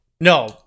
No